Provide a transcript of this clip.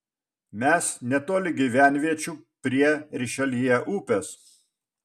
mes netoli gyvenviečių prie rišeljė upės